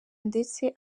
ndetse